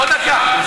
עוד דקה.